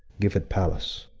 give it pallas.